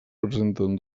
presenten